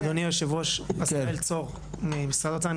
אדוני יושב הראש עשאל צור ממשרד האוצר.